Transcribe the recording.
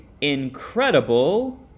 incredible